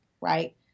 right